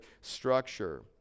structure